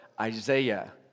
Isaiah